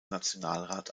nationalrat